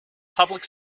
public